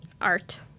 Art